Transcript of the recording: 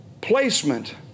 placement